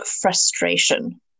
frustration